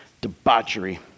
Debauchery